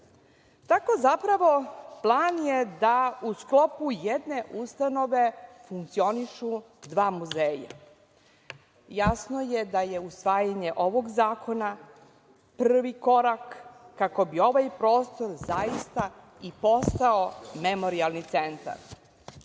šupe“.Zapravo, plan je da u sklopu jedne ustanove funkcionišu dva muzeja. Jasno je da je usvajanje ovog zakona prvi korak kako bi ovaj prostor zaista i postao memorijalni centar. Ono